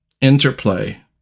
interplay